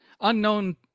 unknown